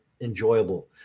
enjoyable